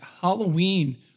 Halloween